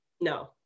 No